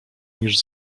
niż